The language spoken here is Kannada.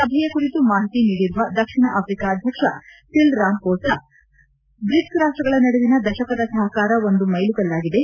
ಸಭೆಯ ಕುರಿತು ಮಾಹಿತಿ ನೀಡಿರುವ ದಕ್ಷಿಣ ಆಫ್ರಿಕಾ ಅಧ್ಯಕ್ಷ ಸಿರಿಲ್ ರಾಮಫೋಸಾ ಬ್ರಿಕ್ಸ್ ರಾಷ್ವಗಳ ನಡುವಿನ ದಶಕದ ಸಹಕಾರ ಒಂದು ಮೈಲುಗಲ್ಲಾಗಿದೆ